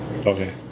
Okay